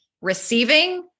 receiving